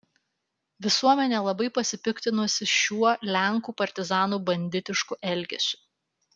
visuomenė labai pasipiktinusi šiuo lenkų partizanų banditišku elgesiu